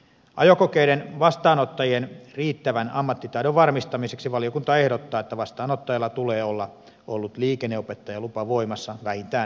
ajokokeiden vastaanottajien riittävän ammattitaidon varmistamiseksi valiokunta ehdottaa että vastaanottajalla tulee olla ollut liikenneopettajalupa voimassa vähintään kaksi vuotta